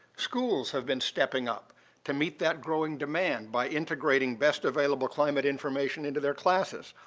schools have been stepping up to meet that growing demand by integrating best-available climate information into their classes,